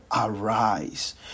arise